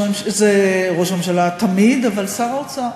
ראש הממשלה תמיד, אבל שר האוצר.